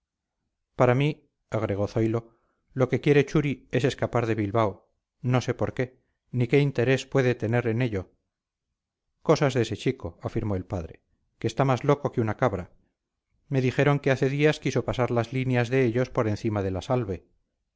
para mí agregó zoilo lo que quiere churi es escapar de bilbao no sé por qué ni qué interés puede tener en ello cosas de ese chico afirmó el padre que está más loco que una cabra me dijeron que hace días quiso pasar las líneas de ellos por encima de la salve